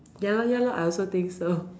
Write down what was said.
ya lor ya <[lor] I also think so